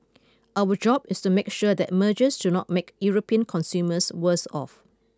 our job is to make sure that mergers do not make European consumers worse off